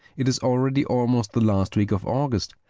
it is already almost the last week of august.